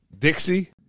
Dixie